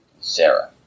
Sarah